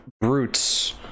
brutes